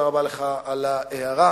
תודה רבה לך על ההערה.